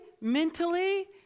mentally